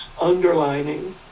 underlining